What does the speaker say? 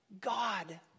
God